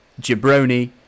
Jabroni